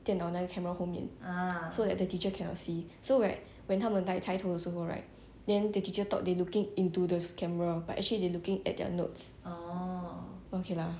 电脑那个 camera 后面 so that the teacher cannot see so right when 他们抬头的时候 right then the teacher thought they looking into those camera but actually they're looking at their notes okay lah